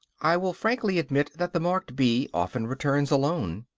i will frankly admit that the marked bee often returns alone.